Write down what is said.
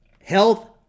health